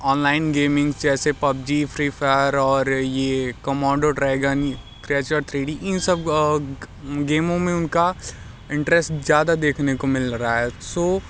online gamings जैसे PUBG free fire और ये commando dragon graduate three D इन सब गेमों में उनका इंटरेस्ट ज़्यादा देखने को मिल रहा है सो